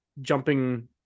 jumping